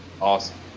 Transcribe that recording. awesome